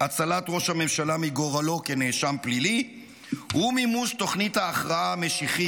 הצלת ראש הממשלה מגורלו כנאשם פלילי ומימוש תוכנית ההכרעה המשיחית